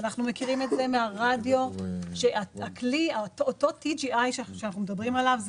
אנחנו מכירים מהרדיו שאותו TGI שאנחנו מדברים עליו הוא